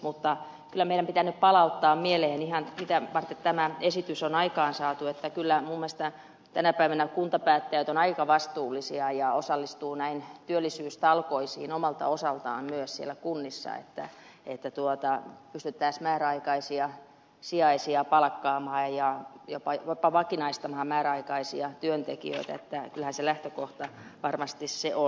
mutta kyllä meidän pitää nyt palauttaa mieleen vaikka tämä esitys on aikaansaatu että kyllä minun mielestäni tänä päivänä kuntapäättäjät ovat aika vastuullisia ja osallistuvat näihin työllisyystalkoisiin omalta osaltaan myös siellä kunnissa että pystyttäisiin määräaikaisia sijaisia palkkaamaan ja jopa vakinaistamaan määräaikaisia työntekijöitä kyllähän lähtökohta varmasti se on